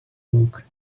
look